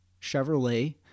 Chevrolet